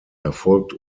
erfolgt